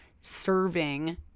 serving